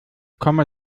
komme